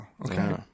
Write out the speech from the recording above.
Okay